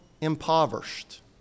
impoverished